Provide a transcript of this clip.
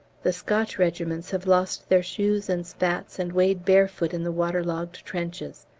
the scotch regiments have lost their shoes and spats and wade barefoot in the water-logged trenches.